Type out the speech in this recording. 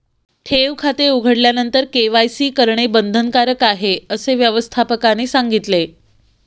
ठेव खाते उघडल्यानंतर के.वाय.सी करणे बंधनकारक आहे, असे व्यवस्थापकाने सांगितले